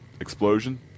explosion